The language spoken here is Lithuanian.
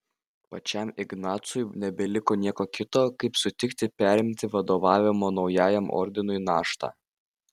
pačiam ignacui nebeliko nieko kito kaip sutikti perimti vadovavimo naujajam ordinui naštą